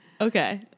Okay